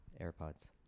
AirPods